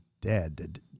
dead